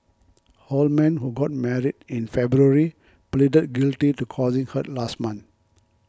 Holman who got married in February pleaded guilty to causing hurt last month